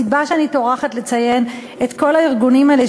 הסיבה שאני טורחת לציין את כל הארגונים האלה,